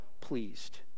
pleased